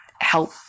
help